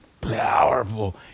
powerful